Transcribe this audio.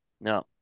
No